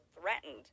threatened